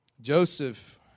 Joseph